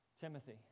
Timothy